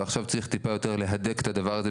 ועכשיו צריך טיפה יותר להדק את הדבר הזה